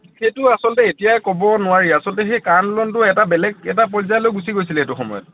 সেইটো আছলতে এতিয়াই ক'ব নোৱাৰি আছলতে সেই কা আন্দোলটো এটা বেলেগ এটা পৰ্যায়লৈ গুচি গৈছিলে সেইটো সময়ত